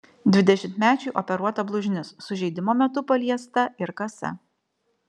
dvidešimtmečiui operuota blužnis sužeidimo metu paliesta ir kasa